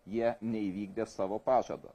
jie neįvykdė savo pažado